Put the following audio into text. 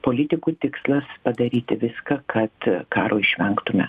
politikų tikslas padaryti viską kad karo išvengtume